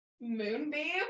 Moonbeam